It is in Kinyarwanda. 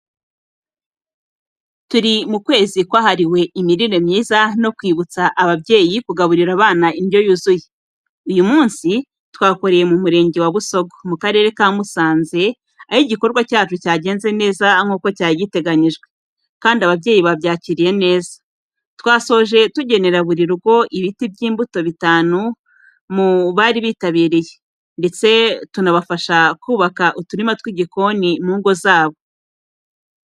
Turi mu kwezi kwahariwe imirire myiza no kwibutsa ababyeyi kugaburira abana indyo yuzuye. Uyu munsi twakoreye mu murenge wa Busogo, mu karere ka Musanze, aho igikorwa cyacu cyagenze neza nk’uko cyari giteganyijwe kandi ababyeyi babyakiriye neza. Twasoje tugenera buri rugo ibiti by’imbuto bitanu mu bari bitabiriye, ndetse tunabafasha kubaka uturima tw’igikoni mu ngo zabo.